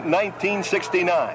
1969